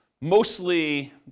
mostly